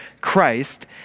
Christ